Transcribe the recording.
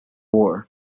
war